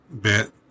bit